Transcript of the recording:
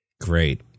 Great